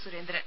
Surendran